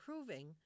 improving